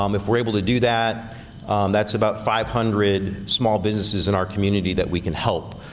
um if we're able to do that that's about five hundred small businesses in our community that we can help.